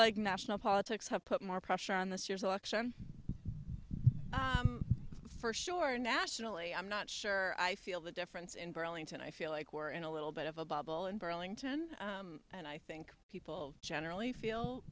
like national politics have put more pressure on this year's election first sure nationally i'm not sure i feel the difference in burlington i feel like we're in a little bit of a bubble in burlington and i think people generally feel